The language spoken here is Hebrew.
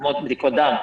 כמו בדיקות דם.